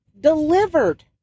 delivered